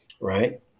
right